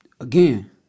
Again